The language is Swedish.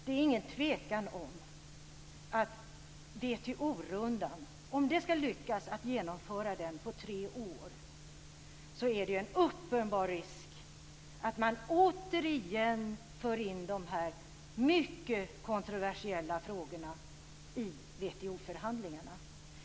Det är ingen tvekan om att det är en uppenbar risk förknippad med att återigen föra in de här mycket kontroversiella frågorna i WTO-förhandlingarna om det skall lyckas att genomföra WTO-rundan på tre år.